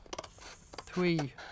three